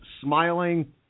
smiling